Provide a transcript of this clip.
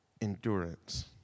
endurance